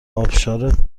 آبشارت